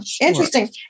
Interesting